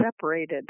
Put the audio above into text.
separated